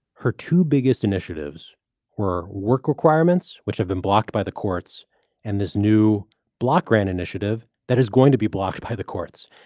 her two biggest initiatives were work requirements which have been blocked by the courts and this new block grant initiative that is going to be blocked by the courts.